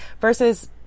versus